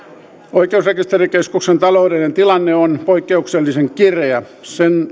oikeusrekisterikeskuksen taloudellinen tilanne on poikkeuksellisen kireä sen